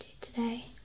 today